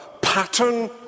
pattern